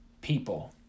People